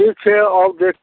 ठीक छै आउ देख